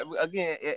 again